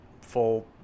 full